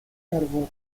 carbón